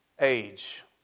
age